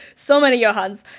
so many johanns,